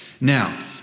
Now